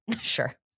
Sure